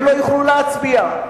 הם לא יוכלו להצביע,